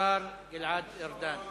גלעד ארדן.